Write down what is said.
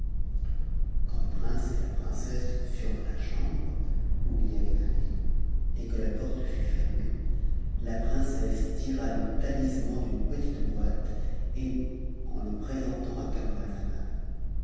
quand le prince et la princesse furent dans la chambre où il y avait un lit et que la porte fut fermée la princesse tira le talisman d'une petite boîte et en le présentant